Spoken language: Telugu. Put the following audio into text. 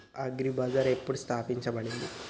అగ్రి బజార్ ఎప్పుడు స్థాపించబడింది?